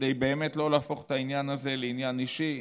כדי באמת לא להפוך את העניין הזה לעניין אישי.